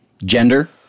Gender